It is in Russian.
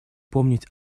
помнить